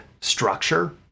structure